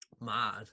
mad